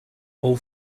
all